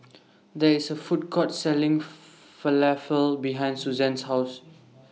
There IS A Food Court Selling Falafel behind Suzanne's House